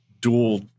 dual